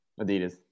Adidas